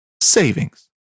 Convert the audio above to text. savings